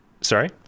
Sorry